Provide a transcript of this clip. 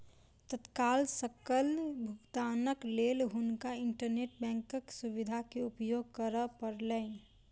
तत्काल सकल भुगतानक लेल हुनका इंटरनेट बैंकक सुविधा के उपयोग करअ पड़लैन